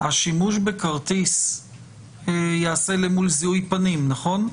השימוש בכרטיס ייעשה אל מול זיהוי פנים, נכון?